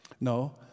No